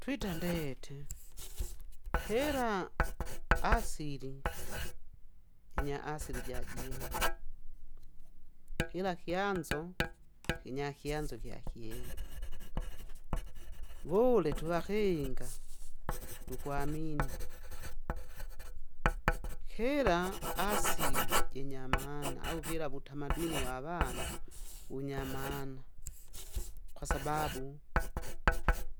Twita ndete, kira asili, jinya asili jajene, kira kyanzo kinyakyanzo kyakene, vule twevakinga tukwanini. Kira asili jinyamaana au kira wutamaduni wavanu wunyamana, kwasababu,